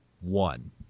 one